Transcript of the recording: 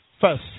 first